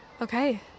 Okay